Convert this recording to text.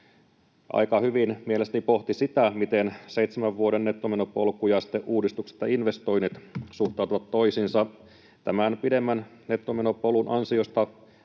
aika hyvin mielestäni pohti sitä, miten seitsemän vuoden nettomenopolku ja sitten uudistukset ja investoinnit suhteutuvat toisiinsa. Tämän pidemmän nettomenopolun ansiosta